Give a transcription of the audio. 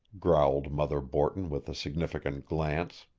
growled mother borton with a significant glance.